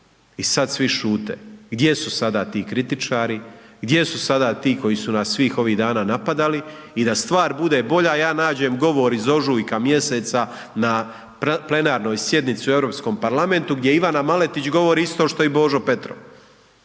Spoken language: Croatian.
i sad svi šute. Gdje su sada ti kritičari? Gdje su sada ti koji su nas svih ovih dana napadali? I da stvar bude bolja, ja nađem govor iz ožujka mjeseca na plenarnoj sjednici u Europskom parlamentu gdje Ivana Maletić govori isto što i Božo Petrov.